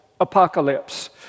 apocalypse